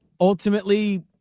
ultimately